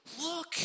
look